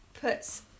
puts